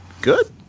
Good